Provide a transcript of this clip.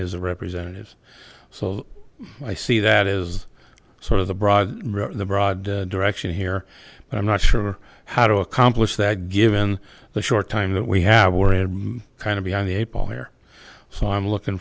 his representatives so i see that is sort of the broad the broad direction here but i'm not sure how to accomplish that given the short time that we have we're kind of behind the eight ball here so i'm looking